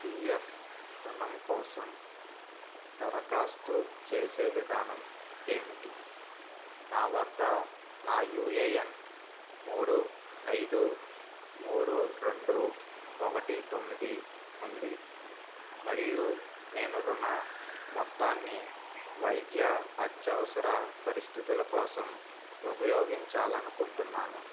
P F రుణం కోసం దరఖాస్తు చేసే విధానం ఏమిటి నా వద్ద నా యూ ఏ ఎన్ మూడు ఐదు మూడు రెండు ఒకటి తొమ్మిది ఉంది మరియు నేను రుణ మొత్తాన్ని వైద్య అత్యవసర పరిస్థితుల కోసం ఉపయోగించాలనుకుంటున్నాను